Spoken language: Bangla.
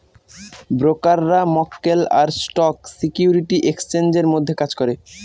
ব্রোকাররা মক্কেল আর স্টক সিকিউরিটি এক্সচেঞ্জের মধ্যে কাজ করে